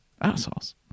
Assholes